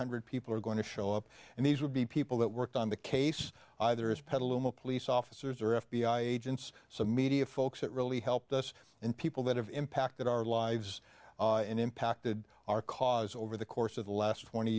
hundred people are going to show up and these would be people that worked on the case either as petaluma police officers or f b i agents some media folks that really helped us and people that have impacted our lives in impacted our cause over the course of the last twenty